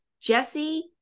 Jesse